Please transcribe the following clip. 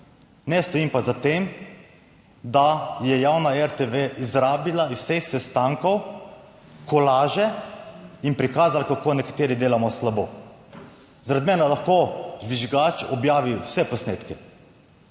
Ne stojim pa za tem, da je javna RTV izrabila izsek sestankov kolaže in prikazala, kako nekateri delamo slabo. Zaradi mene lahko žvižgač objavi vse posnetke,